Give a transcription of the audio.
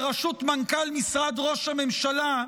בראשות מנכ"ל משרד ראש הממשלה,